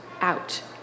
out